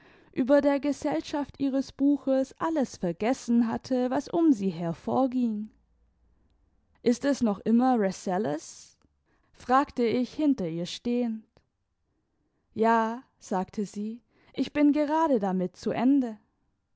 über der gesellschaft ihres buches alles vergessen hatte was um sie her vorging ist es noch immer rasselas fragte ich hinter ihr stehend ja sagte sie ich bin gerade damit zu ende